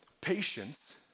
Patience